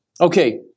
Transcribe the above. okay